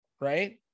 right